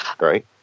right